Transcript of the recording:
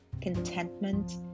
contentment